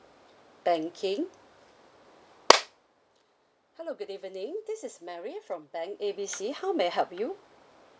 banking hello good evening this is mary from bank A B C how may I help you